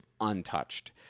untouched